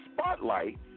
spotlight